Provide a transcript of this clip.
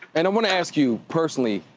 and i wanna ask you personally,